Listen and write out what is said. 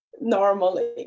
normally